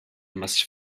must